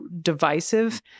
divisive